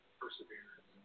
perseverance